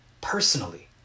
personally